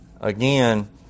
again